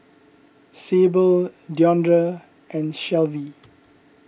Sable Deondre and Shelvie